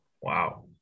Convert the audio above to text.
Wow